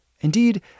Indeed